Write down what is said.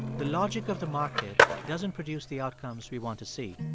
the logic of the market doesn't produce the outcomes we want to see.